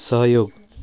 सहयोग